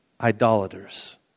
idolaters